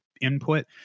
input